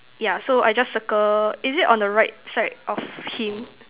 yeah so I just circle is it on the right side of him